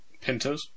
Pintos